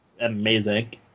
amazing